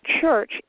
Church